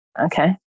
Okay